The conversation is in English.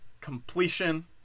completion